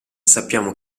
sappiamo